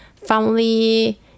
family